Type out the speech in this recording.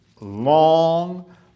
long